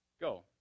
go